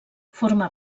forma